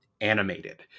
animated